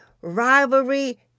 rivalry